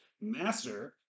master